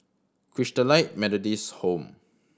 Christalite Methodist Home